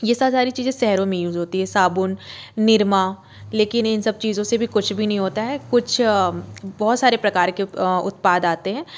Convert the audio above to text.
ये सारी चीज़ें शहरों मे यूज होती है साबुन निरमा लेकिन इन सब चीज़ों से कुछ भी नहीं होता है कुछ बहुत सारे प्रकार के उत्पाद आते है